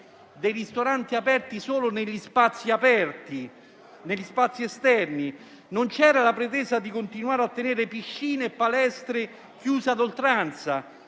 dei ristoranti aperti solo negli spazi esterni; non c'era la pretesa di continuare a tenere piscine e palestre chiuse ad oltranza.